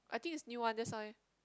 I think is new one that's why